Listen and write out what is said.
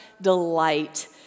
delight